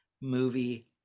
movie